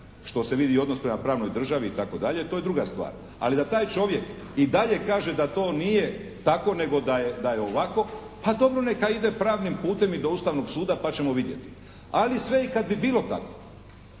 što se vidi i odnos prema pravnoj državi itd. to je druga stvar. Ali da taj čovjek i dalje kaže da to nije tako nego da je ovako, a dobro neka ide pravnim putem i do Ustavnog suda pa ćemo vidjeti. Ali sve i kad bi bilo tako,